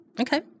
Okay